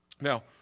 Now